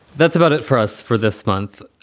that's about it for us for this month.